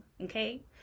Okay